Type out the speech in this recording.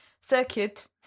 circuit